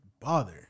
bother